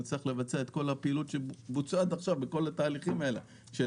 לבצע את כל הפעילות שבוצעה עד עכשיו בכל התהליכים האלה של